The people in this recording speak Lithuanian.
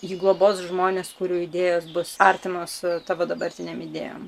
jį globos žmones kurių idėjos bus artimos tavo dabartinėm idėjom